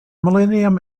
millennium